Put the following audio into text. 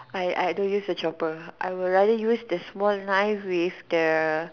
I I don't use a chopper I would rather use a small knife with the